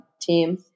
team